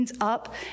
up